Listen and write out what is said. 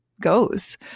goes